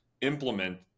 Implement